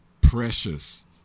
Precious